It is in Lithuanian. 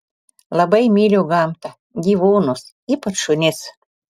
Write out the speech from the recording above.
labai myliu gamtą gyvūnus ypač šunis